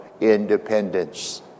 Independence